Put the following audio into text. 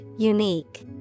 Unique